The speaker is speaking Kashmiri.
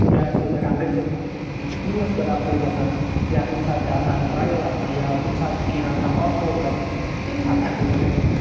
کُنہِ جایہِ آسو أسۍ ہیٚکان گٔژھِتھ ٹوٗرَس پیٚٹھ آسو أسۍ گَژھان یا کُنہِ ساتہٕ چھ آسان ٹرایل آسان یا کُنہِ ساتہٕ چھ کینٛہہ آسان آف روڑ کَرُن تمہ ِساتہٕ ہیٚکو أسۍ گٔژھِتھ